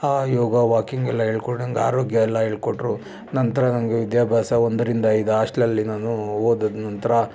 ಆ ಯೋಗ ವಾಕಿಂಗ್ ಎಲ್ಲ ಹೇಳ್ಕೊಡುವಂಗೆ ಆರೋಗ್ಯ ಎಲ್ಲ ಹೇಳ್ಕೊಟ್ರು ನಂತರ ನನಗೆ ವಿದ್ಯಾಭ್ಯಾಸ ಒಂದರಿಂದ ಐದು ಆಸ್ಟ್ಲಲ್ಲಿ ನಾನು ಓದಿದ್ದು ನಂತರ